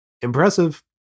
impressive